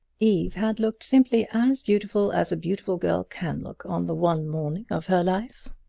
eve had looked simply as beautiful as a beautiful girl can look on the one morning of her life.